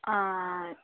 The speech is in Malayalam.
ആ